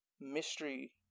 mystery